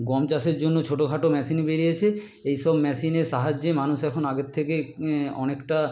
গম চাষের জন্য ছোটো খাটো মেশিন বেরিয়েছে এইসব ম্যাশিনের সাহায্যে মানুষ এখন আগের থেকে অনেকটা